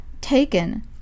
taken